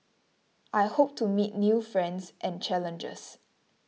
I hope to meet new friends and challenges